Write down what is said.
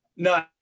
No